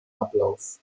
ablauf